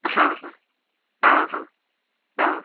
हा हा आहा आह